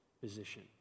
position